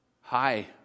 Hi